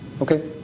okay